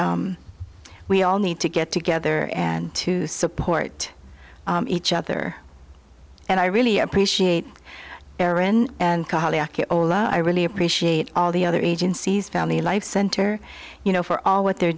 but we all need to get together and to support each other and i really appreciate aaron and i really appreciate all the other agencies family life center you know for all what they're